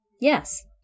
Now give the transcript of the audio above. Yes